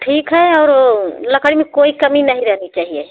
ठीक है और लकड़ी में कोई कमी नहीं रहनी चाहिए